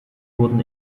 wurden